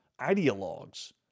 ideologues